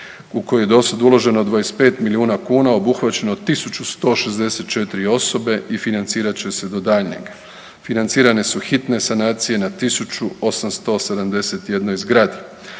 u koji je dosad uloženo 25 milijuna kuna a obuhvaćeno 164 osobe i financirat će se do daljnjeg. Financirane su hitne sanacije na 1871 zgradi.